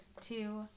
two